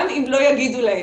גם אם לא יגידו להם.